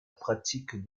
pratique